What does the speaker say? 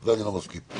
אני לא מסכים.